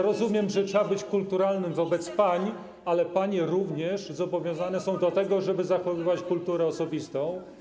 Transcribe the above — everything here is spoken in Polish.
Rozumiem, że trzeba być kulturalnym wobec pań, ale panie również zobowiązane są do tego, żeby zachowywać kulturę osobistą.